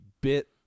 bit